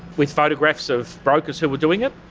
with photographs of brokers who were doing it.